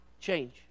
change